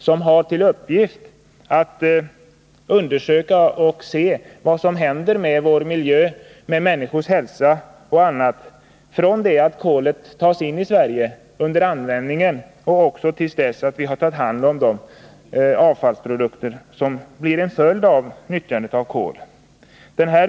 Dess uppgift blir att undersöka vad som händer med vår miljö, med människors hälsa och annat från det att kolet tas in i Sverige, under användningen och till dess att vi tar hand om avfallsprodukterna.